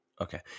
Okay